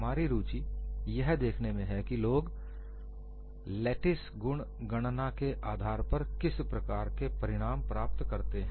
हमारी रुचि यह देखने में है कि लोग लेटिस गुण गणना के आधार पर किस प्रकार के परिणाम प्राप्त करते हैं